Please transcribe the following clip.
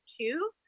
two